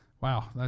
Wow